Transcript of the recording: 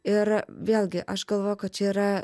ir vėlgi aš galvoju kad čia yra